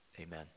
amen